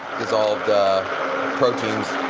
dissolved proteins.